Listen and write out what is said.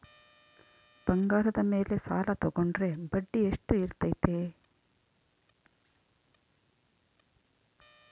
ಬಂಗಾರದ ಮೇಲೆ ಸಾಲ ತೋಗೊಂಡ್ರೆ ಬಡ್ಡಿ ಎಷ್ಟು ಇರ್ತೈತೆ?